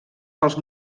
pels